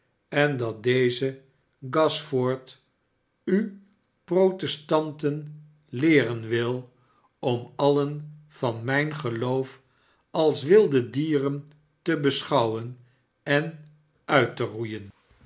en dat deze gashford u prode heeren haredale chester en gashford testanten leeren wil om alien van mijn geloof als wilde dieren te beschouwen en uit te roeien